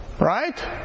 Right